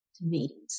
meetings